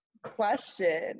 question